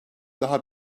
daha